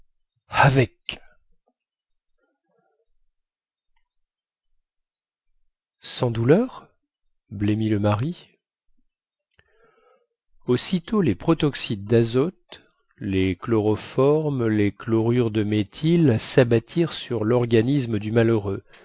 k sans douleur blêmit le mari aussitôt les protoxydes dazote les chloroformes les chlorures de méthyle sabattirent sur lorganisme du malheureux